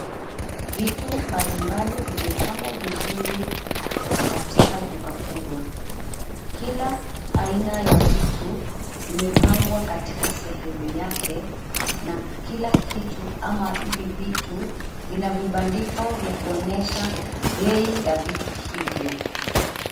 Vitu mbalimbali vimepangwa vizuri katika duka kubwa. Kila aina ya vitu vimepangwa katika sehemu yake na kila kitu ama hivi vitu vina vibandiko vya kuonesha bei ya vitu hivyo.